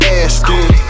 asking